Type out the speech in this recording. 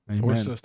Amen